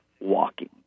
walking